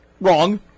wrong